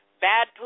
bad